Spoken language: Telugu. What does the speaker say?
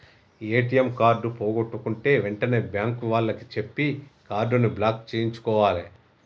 ఏ.టి.యం కార్డు పోగొట్టుకుంటే వెంటనే బ్యేంకు వాళ్లకి చెప్పి కార్డుని బ్లాక్ చేయించుకోవాలే